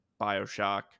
Bioshock